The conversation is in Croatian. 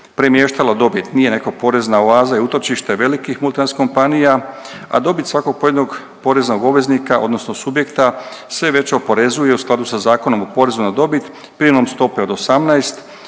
premještala dobit, nije neko porezna oaza i utočište velikih multinacionalnih kompanija, a dobit svakog pojedinog poreznog obveznika odnosno subjekta se već oporezuje u skladu sa Zakonom o porezu na dobit primjenom stope od 18